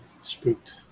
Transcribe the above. spooked